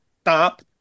stop